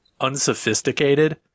unsophisticated